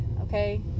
okay